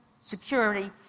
security